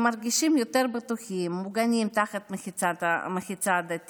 הם מרגישים יותר בטוחים, מוגנים תחת המחיצה דתית.